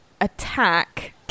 attack